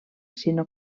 sinó